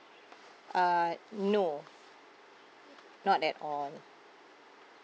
uh no not at all